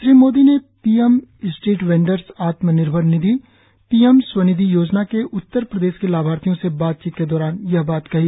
श्री मोदी ने P M street vendors Atmanirbhar Nidhi P M Svanidhi योजना के उत्तर प्रदेश के लाभार्थियों से बातचीत के दौरान यह बात कही